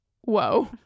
Whoa